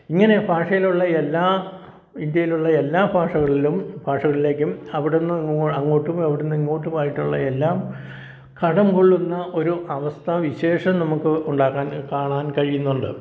ഇങ്ങനെ ഭാഷയിലുള്ള എല്ലാ ഇന്ത്യയിലുള്ള എല്ലാ ഭാഷകളിലും ഭാഷകളിലേക്കും അവിടുന്ന് അങ്ങോട്ടും അവിടുന്ന് ഇങ്ങോട്ടുമായിട്ടുള്ള എല്ലാം കടം കൊള്ളുന്ന ഒരു അവസ്ഥാ വിശേഷം നമുക്ക് ഉണ്ടാക്കാൻ കാണാൻ കഴിയുന്നുണ്ട്